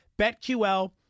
BetQL